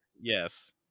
Yes